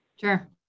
Sure